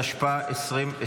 התשפ"ה 2024. הצבעה.